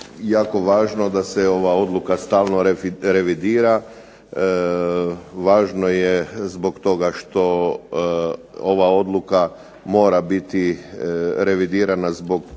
jako važno da se ova odluka stalno revidira, važno je zbog toga što ova odluka mora biti revidirana zbog